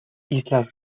islas